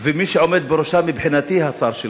ומי שעומד בראשך, מבחינתי השר שלך?